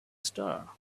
star